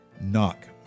knock